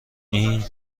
این